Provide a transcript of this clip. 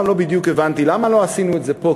אף פעם לא בדיוק הבנתי למה לא עשינו את זה פה,